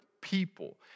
people